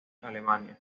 alemania